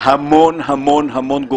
מאוד ארוך של החוק הזה.